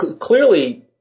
clearly